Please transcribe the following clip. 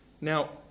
Now